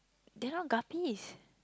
they are not guppies